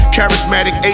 Charismatic